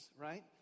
right